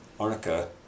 arnica